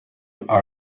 are